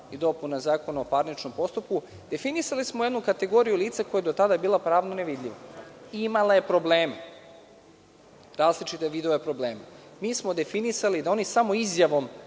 i dopunama Zakona o parničnom postupku definisali smo jednu kategoriju lica koja su do tada bila pravno nevidljiva. Imala je probleme, različite vidove problema. Mi smo definisali da oni samo izjavom